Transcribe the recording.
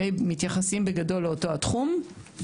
מתייחסים בגדול לאותו התחום.